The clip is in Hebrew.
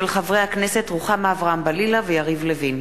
הצעתם של חברי הכנסת רוחמה אברהם-בלילא ויריב לוין.